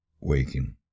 waking